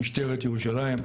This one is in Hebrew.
משטרת ירושלים,